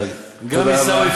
אז אבקש להצביע בעד.